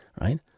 right